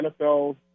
NFL